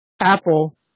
Apple